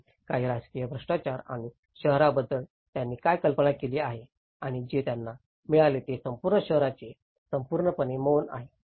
आणि काही राजकीय भ्रष्टाचार आणि शहराबद्दल त्यांनी काय कल्पना केली आहे आणि जे त्यांना मिळाले ते म्हणजे संपूर्ण शहराचे संपूर्णपणे मौन आहे